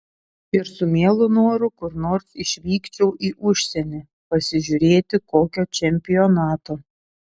ir su mielu noru kur nors išvykčiau į užsienį pasižiūrėti kokio čempionato